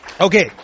Okay